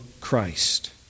Christ